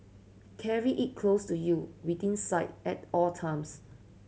carry it close to you within sight at all times